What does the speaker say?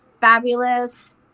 fabulous